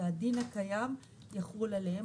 שהדין הקיים יחול עליהם,